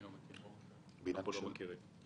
אנחנו לא מכירים.